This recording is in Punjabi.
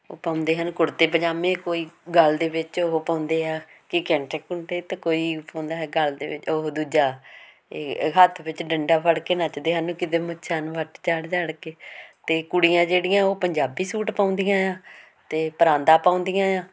ਉਹ ਪਾਉਂਦੇ ਹਨ ਕੁੜਤੇ ਪਜਾਮੇ ਕੋਈ ਗਲ ਦੇ ਵਿੱਚ ਉਹ ਪਾਉਂਦੇ ਆ ਕਿ ਕੈਂਠੇ ਕੁੰਡੇ ਅਤੇ ਕੋਈ ਪਾਉਂਦਾ ਹੈਗਾ ਗਲ ਦੇ ਵਿੱਚ ਉਹ ਦੂਜਾ ਇਹ ਹੱਥ ਵਿੱਚ ਡੰਡਾ ਫੜ ਕੇ ਨੱਚਦੇ ਹਨ ਕਿਤੇ ਮੁੱਛਾਂ ਨੂੰ ਵੱਟ ਚਾੜ੍ਹ ਚਾੜ੍ਹ ਕੇ ਅਤੇ ਕੁੜੀਆਂ ਜਿਹੜੀਆਂ ਉਹ ਪੰਜਾਬੀ ਸੂਟ ਪਾਉਂਦੀਆਂ ਆ ਅਤੇ ਪਰਾਂਦਾ ਪਾਉਂਦੀਆਂ ਆ